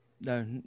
no